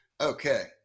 Okay